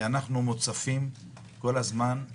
אנחנו מוצפים כל הזמן בפניות.